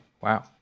Wow